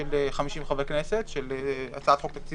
50 חברי כנסת כמו הצעת חוק תקציבית.